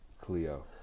Cleo